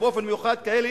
ובאופן מיוחד כאלה